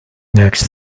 next